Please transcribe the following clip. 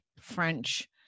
French